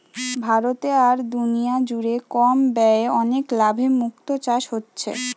ভারতে আর দুনিয়া জুড়ে কম ব্যয়ে অনেক লাভে মুক্তো চাষ হচ্ছে